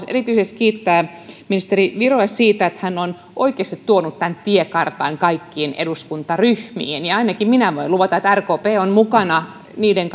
erityisesti kiittää ministeri virolaista siitä että hän on oikeasti tuonut tämän tiekartan kaikkiin eduskuntaryhmiin ainakin minä voin luvata että rkp on mukana niiden